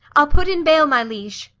i'll put in bail, my liege.